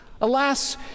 Alas